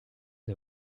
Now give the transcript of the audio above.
n’a